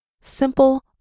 Simple